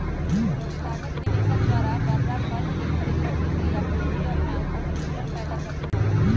संस्थागत निवेशक द्वारा बडड़ा पद के खरीद और बिक्री आपूर्ति और मांग असंतुलन पैदा कर सका हई